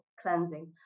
cleansing